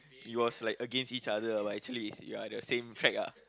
it was like against each other but actually is ya the same track ya